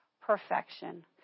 perfection